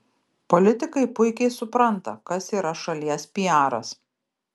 politikai puikiai supranta kas yra šalies piaras